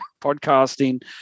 podcasting